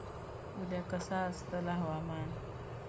उद्या कसा आसतला हवामान?